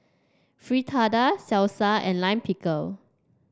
Fritada Salsa and Lime Pickle